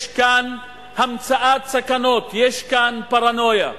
יש כאן המצאת סכנות, יש כאן פרנויה.